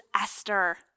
Esther